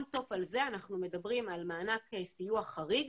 ON TOP על זה אנחנו מדברים על מענק סיוע חריג